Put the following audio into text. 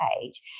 page